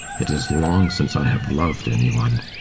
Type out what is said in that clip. it is long since i have loved any one.